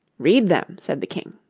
read them said the king.